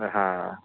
हां